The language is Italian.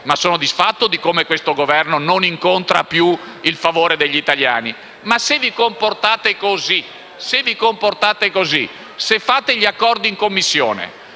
ma sono soddisfatto di come questo Governo non incontri più il favore degli italiani. Ora, se vi comportate in questo modo, se fate gli accordi in Commissione